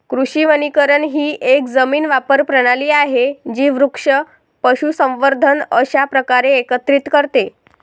कृषी वनीकरण ही एक जमीन वापर प्रणाली आहे जी वृक्ष, पशुसंवर्धन अशा प्रकारे एकत्रित करते